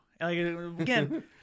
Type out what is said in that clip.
Again